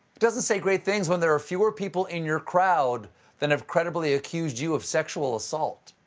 doesn't say great things when there are fewer people in your crowd than have credibly accused you of sexual assault.